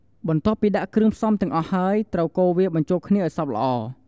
បន្ទាប់ពីដាក់គ្រឿងផ្សំទាំងអស់ហើយ ត្រូវកូរវាបញ្ចូលគ្នាឱ្យសព្វល្អ។